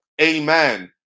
amen